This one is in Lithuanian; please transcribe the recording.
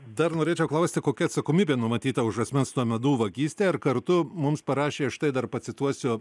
dar norėčiau klausti kokia atsakomybė numatyta už asmens duomenų vagystę ir kartu mums parašė štai dar pacituosiu